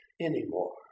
anymore